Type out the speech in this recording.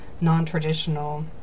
non-traditional